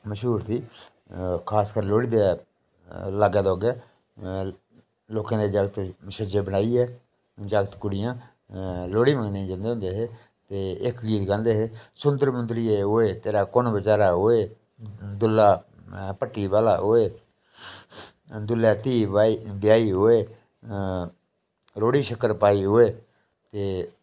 मश्हूर ही खासकर लोह्ड़ी दे लाग्गे दोआगे लोकें दे जागत् छज्जे बनाइयै जागत् कुड़ियां लोह्ड़ी बनाने गी जंदे होंदे हे ते इक गीत गांदे हे सुंदर मुंदरिये होए तेरा कौन बचारा होए दुल्ला भट्टी वाला होए दुल्लै धीऽ ब्याही होए रयौड़ी शक्कर पाई होए ते